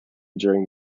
during